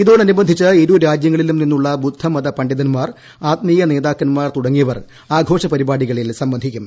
ഇതോടനുബന്ധിച്ച് ഇരു രാജ്യങ്ങളിലും നിന്നുള്ള ബുദ്ധമത പണ്ഡിതൻമാർ ആത്മീയ നേതാക്കൻമാർ തുടങ്ങിയവർ ആഘോഷപരിപാടികളിൽ സംബന്ധിക്കും